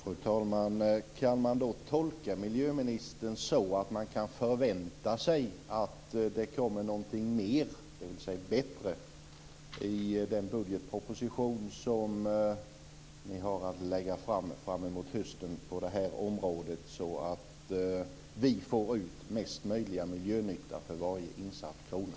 Fru talman! Kan man tolka miljöministern så, att man kan förvänta sig att det kommer någonting mer, dvs. bättre, i den budgetproposition som ni har att lägga fram på hösten på det här området så vi får ut mesta möjliga miljönytta för varje insatt krona?